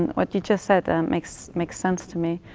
what you just said and makes makes sense to me.